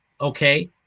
okay